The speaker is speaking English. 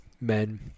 men